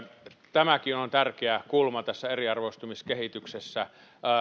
tämäkin on tärkeä kulma tässä eriarvoistumiskehityksessä